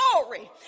glory